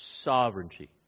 sovereignty